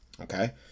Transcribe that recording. Okay